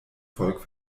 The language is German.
volk